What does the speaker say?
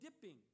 dipping